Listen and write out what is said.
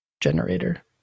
generator